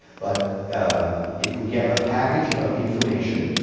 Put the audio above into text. but if we get a package of information